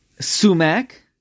sumac